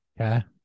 Okay